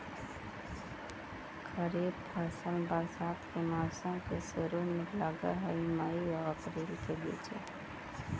खरीफ फसल बरसात के मौसम के शुरु में लग हे, मई आऊ अपरील के बीच में